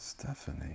Stephanie